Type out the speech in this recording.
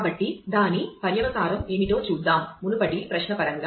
కాబట్టి దాని పర్యవసానం ఏమిటో చూద్దాం మునుపటి ప్రశ్న పరంగా